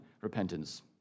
repentance